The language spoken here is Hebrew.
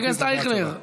חבר הכנסת אייכלר.